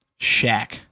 Shaq